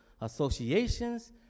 associations